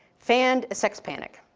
fanned a sex panic.